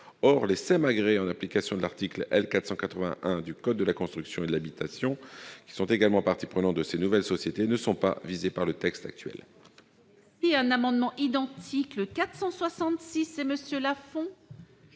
Or les SEM agréées en application de l'article L. 481-1 du code de la construction et de l'habitation, qui sont également parties prenantes de ces nouvelles sociétés, ne sont pas visées par le texte actuel.